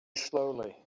slowly